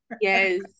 yes